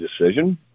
decision